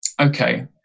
Okay